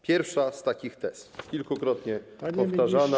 Pierwsza z takich tez, kilkukrotnie powtarzana.